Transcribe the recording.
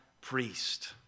priest